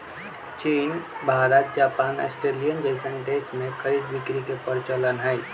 चीन Bharat Japan Australia जइसन देश में खरीद बिक्री के परचलन हई